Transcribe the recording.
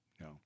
No